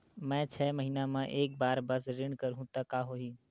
मैं छै महीना म एक बार बस ऋण करहु त का होही?